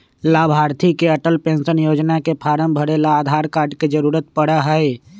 लाभार्थी के अटल पेन्शन योजना के फार्म भरे ला आधार कार्ड के जरूरत पड़ा हई